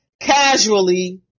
casually